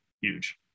huge